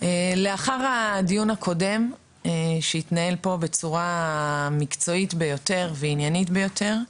לאחר הדיון הקודם שהתנהל פה בצורה מקצועית ביותר ועניינית ביותר,